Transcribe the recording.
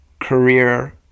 career